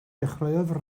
dechreuodd